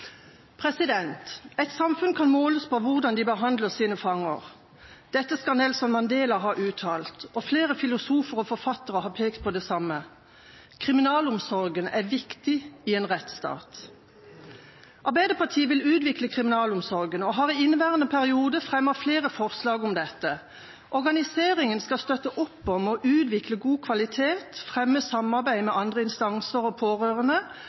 Et samfunn kan måles på hvordan det behandler sine fanger. Dette skal Nelson Mandela ha uttalt, og flere filosofer og forfattere har pekt på det samme. Kriminalomsorgen er viktig i en rettsstat. Arbeiderpartiet vil utvikle kriminalomsorgen og har i inneværende periode fremmet flere forslag om dette. Organiseringen skal støtte opp om og utvikle god kvalitet, fremme samarbeid med andre instanser og pårørende